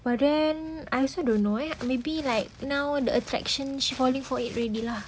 but then I also don't know eh maybe like now the attraction she falling for it already lah